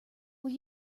will